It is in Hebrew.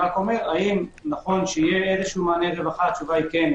האם נכון שיהיה מענה רווחה כן.